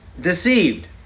deceived